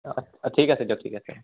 হয় অঁ ঠিক আছে দিয়ক ঠিক আছে